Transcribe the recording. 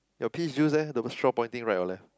your pee juice eh the straw pointing right or left